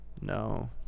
no